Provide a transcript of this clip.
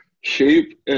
shape